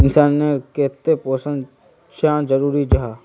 इंसान नेर केते पोषण चाँ जरूरी जाहा?